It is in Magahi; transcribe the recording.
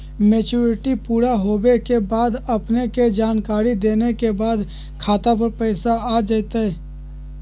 मैच्युरिटी पुरा होवे के बाद अपने के जानकारी देने के बाद खाता पर पैसा आ जतई?